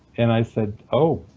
and i said, oh,